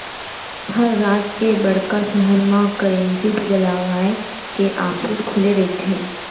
हर राज के बड़का सहर म करेंसी बदलवाय के ऑफिस खुले रहिथे